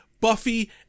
Buffy